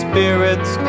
Spirits